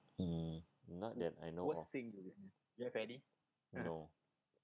um not that I know of no